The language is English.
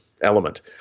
element